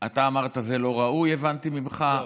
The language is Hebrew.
אתה אמרת שזה לא ראוי, הבנתי ממך, לא.